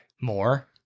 More